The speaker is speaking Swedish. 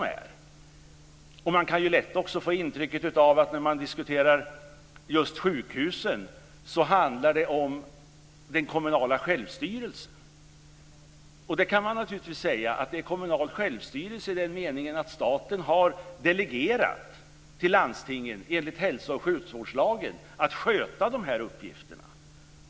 När man diskuterar just sjukhusen kan man lätt få intrycket att det handlar om den kommunala självstyrelsen. Man kan naturligtvis säga att det är kommunal självstyrelse i den meningen att staten har delegerat till landstingen, enligt hälso och sjukvårdslagen, att sköta dessa uppgifter.